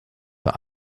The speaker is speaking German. für